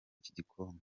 igikombe